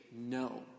no